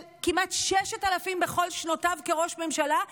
של כמעט 6,000 בכל שנותיו כראש ממשלה,